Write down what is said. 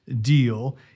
deal